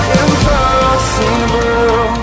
impossible